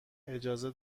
اجازه